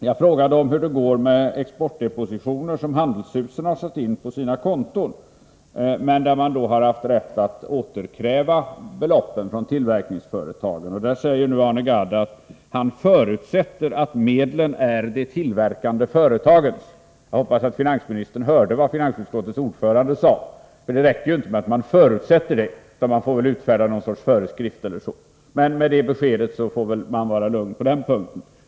Jag frågade hur det går med exportdepositionen som handelshusen satt in på sina konton men där man haft rätt att återkräva beloppen från tillverkningsföretagen. Arne Gadd sade nu att han förutsätter att medlen är de tillverkande företagens. Jag hoppas att finansministern hörde vad finansutskottets ordförande sade — det räcker ju inte med att man förutsätter det, utan man får väl utfärda något slags föreskrift eller så. Men med det beskedet får man väl vara lugn på den punkten.